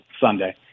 Sunday